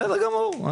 בסדר גמור,